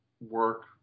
work